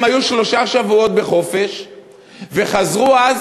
הם היו שלושה שבועות בחופשה וחזרו אז